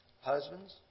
husbands